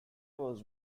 was